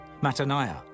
Mataniah